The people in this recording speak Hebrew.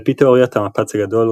על-פי תאוריית המפץ הגדול,